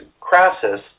Crassus